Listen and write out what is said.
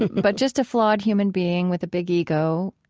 but just a flawed human being with a big ego,